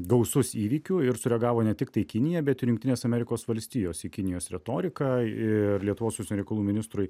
gausus įvykių ir sureagavo ne tiktai kinija bet ir jungtinės amerikos valstijos į kinijos retoriką ir lietuvos užsienio reikalų ministrui